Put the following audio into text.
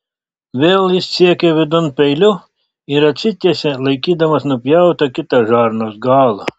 vėl jis siekė vidun peiliu ir atsitiesė laikydamas nupjautą kitą žarnos galą